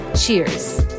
Cheers